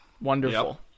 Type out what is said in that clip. Wonderful